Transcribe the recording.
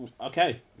Okay